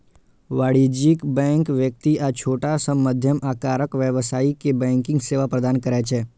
वाणिज्यिक बैंक व्यक्ति आ छोट सं मध्यम आकारक व्यवसायी कें बैंकिंग सेवा प्रदान करै छै